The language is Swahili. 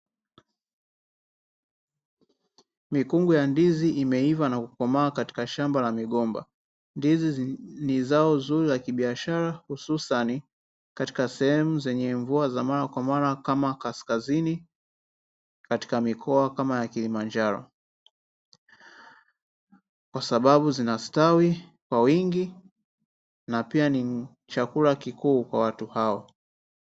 Mikungu ya ndizi imeiva na kukomaa katika shamba la migomba, ndizi ni zao nzuri za kibiashara hususani katika sehemu zenye mvua za mara kwa mara kama kaskazini katika mikoa kama ya kilimanjaro, kwa sababu zinastawi kwa wingi na pia ni chakula kikuu kwa watu hao.